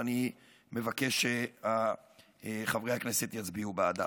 ואני מבקש שחברי הכנסת יצביעו בעדה.